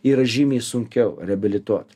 yra žymiai sunkiau reabilituot